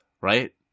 right